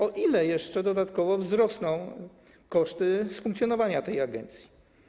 O ile jeszcze dodatkowo wzrosną koszty funkcjonowania tej agencji?